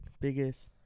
biggest